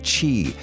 chi